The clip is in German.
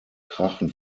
krachen